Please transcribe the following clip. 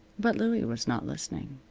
but louie was not listening.